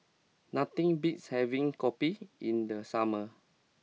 nothing beats having kopi in the summer